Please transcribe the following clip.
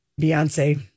Beyonce